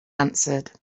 answered